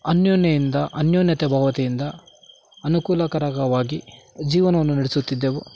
ಅನ್ಯೂನ್ಯೆಯಿಂದ ಅನ್ಯೋನ್ಯತೆ ಬಾವತೆಯಿಂದ ಅನುಕೂಲಕರವಾಗಿ ಜೀವನವನ್ನು ನಡೆಸುತ್ತಿದ್ದೆವು